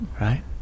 Right